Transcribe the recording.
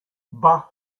bath